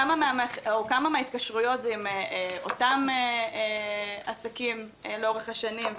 כמה מן ההתקשרויות הן עם אותם עסקים לאורך השנים,